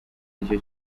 aricyo